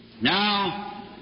Now